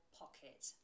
pocket